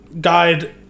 guide